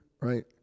right